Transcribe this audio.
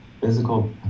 Physical